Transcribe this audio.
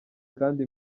kandi